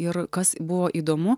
ir kas buvo įdomu